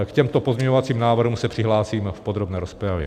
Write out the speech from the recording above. K těmto pozměňovacím návrhům se přihlásím v podrobné rozpravě.